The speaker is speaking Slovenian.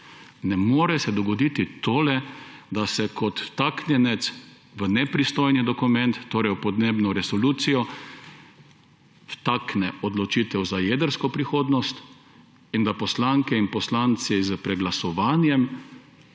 Ne more se dogoditi tole, da se kot vtaknjenec v nepristojen dokument, torej v podnebno resolucijo, vtakne odločitev za jedrsko prihodnost in da poslanke in poslanci s preglasovanjem